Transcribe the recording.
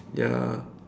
ya